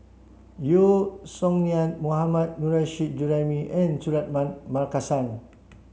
Yeo Song Nian Mohammad Nurrasyid Juraimi and Suratman Markasan